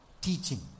Teaching